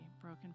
broken